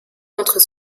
montrent